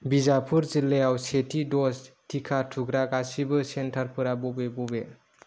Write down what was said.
बिजापुर जिल्लायाव सेथि द'ज टिका थुग्रा गासिबो सेन्टारफोरा बबे बबे